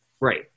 Right